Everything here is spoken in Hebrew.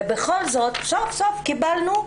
ובכל זאת סוף-סוף קיבלנו,